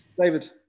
David